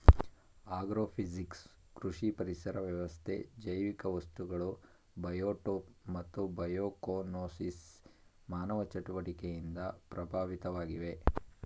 agrophysics ಕೃಷಿ ಪರಿಸರ ವ್ಯವಸ್ಥೆ ಜೈವಿಕ ವಸ್ತುಗಳು ಬಯೋಟೋಪ್ ಮತ್ತು ಬಯೋಕೋನೋಸಿಸ್ ಮಾನವ ಚಟುವಟಿಕೆಯಿಂದ ಪ್ರಭಾವಿತವಾಗಿವೆ